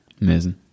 amazing